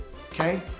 Okay